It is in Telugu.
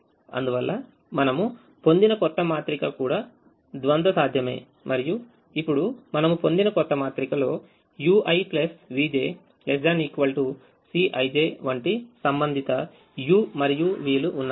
అందువల్ల మనము పొందిన కొత్త మాత్రిక కూడా ద్వంద్వ సాధ్యమే మరియు ఇప్పుడు మనము పొందిన కొత్త మాత్రికలో uivj ≤ Cij వంటి సంబంధిత u మరియు v లు ఉన్నాయి